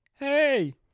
Hey